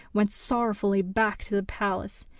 went sorrowfully back to the palace,